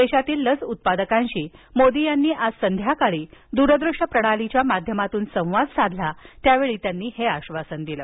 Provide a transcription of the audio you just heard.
देशातील लस उत्पादकांशी मोदी यांनी आज संध्याकाळी दूरदृश्य प्रणालीच्या माध्यमातून संवाद साधला त्यावेळी त्यांनी हे आश्वासन दिलं